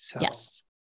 Yes